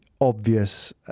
obvious